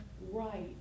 right